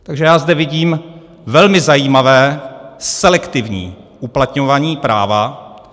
Takže já zde vidím velmi zajímavé selektivní uplatňování práva.